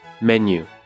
menu